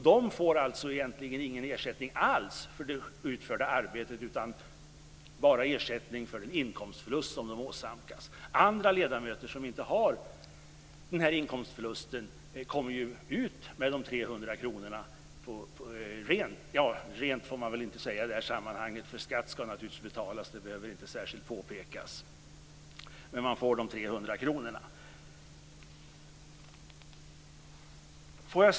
De får alltså egentligen ingen ersättning alls för det utförda arbete utan bara ersättning för den inkomstförlust som de åsamkas. Andra nämndemän som inte gör denna inkomstförlust får ju ut de trehundra kronorna. De skall naturligtvis betala skatt för dessa pengar, men det behöver väl inte särskilt påpekas. Men de får i alla fall de trehundra kronorna. Herr talman!